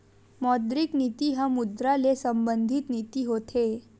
मौद्रिक नीति ह मुद्रा ले संबंधित नीति होथे